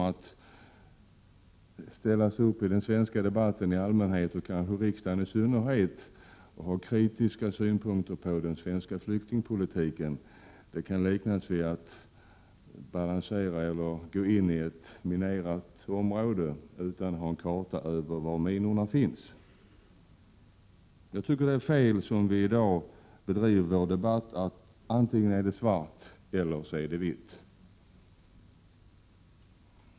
Att i den svenska debatten i allmänhet och kanske i riksdagsdebatten i synnerhet framföra kritiska synpunkter på den svenska flyktingpolitiken kan liknas vid att gå in i ett minerat område utan att ha en karta över var minorna finns. Jag tycker att det är fel att, som vi i dag gör i debatten, se allting i antingen svart eller vitt.